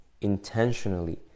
intentionally